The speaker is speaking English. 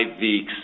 weeks